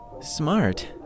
Smart